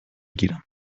گیرم